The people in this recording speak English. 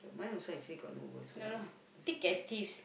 dunno thick as thieves